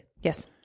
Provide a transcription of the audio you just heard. Yes